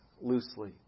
loosely